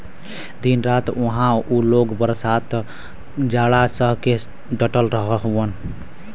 दिन रात उहां उ लोग बरसात जाड़ा सह के डटल हउवन